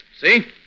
See